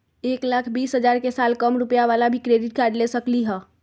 एक लाख बीस हजार के साल कम रुपयावाला भी क्रेडिट कार्ड ले सकली ह?